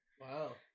Wow